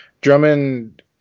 Drummond